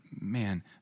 man